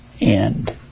end